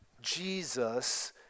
Jesus